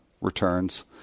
returns